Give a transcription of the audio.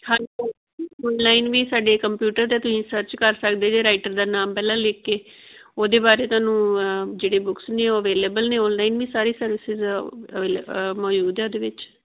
ਹਾਂਜੀ ਔਨਲਾਈਨ ਵੀ ਸਾਡੇ ਕੰਪਿਊਟਰ 'ਤੇ ਤੁਸੀਂ ਸਰਚ ਕਰ ਸਕਦੇ ਜੇ ਰਾਈਟਰ ਦਾ ਨਾਮ ਪਹਿਲਾਂ ਲਿਖ ਕੇ ਉਹਦੇ ਬਾਰੇ ਤੁਹਾਨੂੰ ਜਿਹੜੇ ਬੁੱਕਸ ਨੇ ਉਹ ਅਵੇਲੇਬਲ ਨੇ ਔਨਲਾਈਨ ਵੀ ਸਾਰੀ ਸਰਵਿਸਿਜ਼ ਅਵੇਲੇ ਮੌਜੂਦ ਆ ਉਹਦੇ ਵਿੱਚ